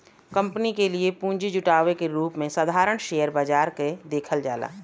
company के लिए पूंजी जुटावे के रूप में साधारण शेयर बाजार के देखल जाला